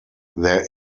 there